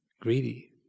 greedy